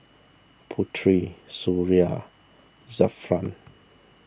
Putri Suria Zafran